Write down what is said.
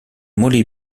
molly